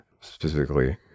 specifically